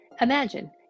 Imagine